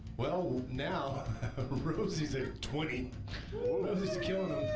well, now rosie's at twenty rosie's killing them.